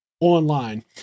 online